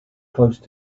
close